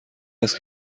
است